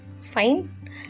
fine